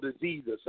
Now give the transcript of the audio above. diseases